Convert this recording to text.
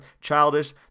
Childish